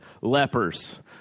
lepers